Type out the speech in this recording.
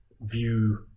view